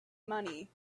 money